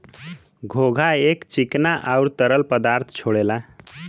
घोंघा एक चिकना आउर तरल पदार्थ छोड़ेला